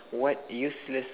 what useless